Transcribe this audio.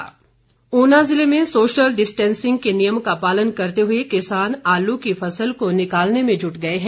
फसल कटाई ऊना जिले में सोशल डिस्टेंसिंग के नियम का पालन करते हुए किसान आलू की फसल को निकालने में जुट गए हैं